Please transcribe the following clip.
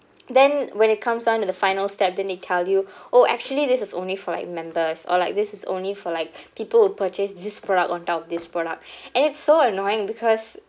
then when it comes down to the final step then they tell you oh actually this is only for like members or like this is only for like people who purchase this product on top of this product and it's so annoying because